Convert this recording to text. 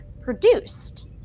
produced